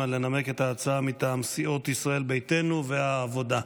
לנמק את ההצעה מטעם סיעות ישראל ביתנו והעבודה,